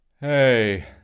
Hey